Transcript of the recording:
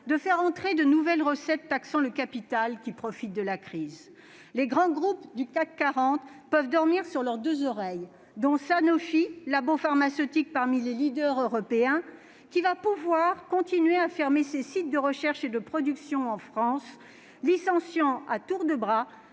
de faire entrer de nouvelles recettes taxant le capital, qui profite de la crise. Les grands groupes du CAC 40 peuvent dormir sur leurs deux oreilles, notamment Sanofi, laboratoire pharmaceutique parmi les leaders européens qui va pouvoir continuer à fermer ses sites de recherche et de production en France et licencier à tour de bras,